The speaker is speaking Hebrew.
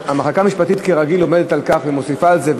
המחלקה המשפטית כרגיל עומדת על כך ומוסיפה את זה,